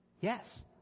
yes